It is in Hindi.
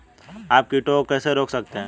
आप कीटों को कैसे रोक सकते हैं?